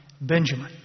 Benjamin